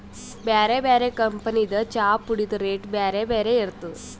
ಬ್ಯಾರೆ ಬ್ಯಾರೆ ಕಂಪನಿದ್ ಚಾಪುಡಿದ್ ರೇಟ್ ಬ್ಯಾರೆ ಬ್ಯಾರೆ ಇರ್ತದ್